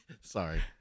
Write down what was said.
Sorry